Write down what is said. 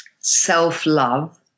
self-love